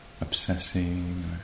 obsessing